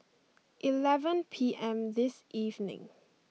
eleven P M this evening